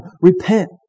Repent